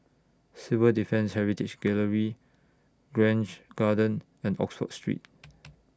Civil Defence Heritage Gallery Grange Garden and Oxford Street